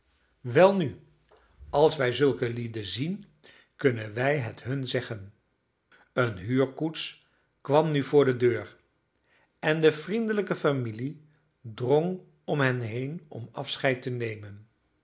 welnu als wij zulke lieden zien kunnen wij het hun zeggen een huurkoets kwam nu voor de deur en de vriendelijke familie drong om hen heen om afscheid te nemen